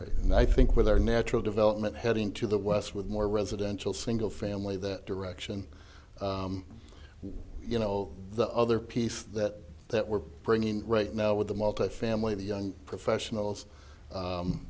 and i think with our natural development heading to the west with more residential single family that direction you know the other piece that that we're bringing in right now with the multifamily the young professionals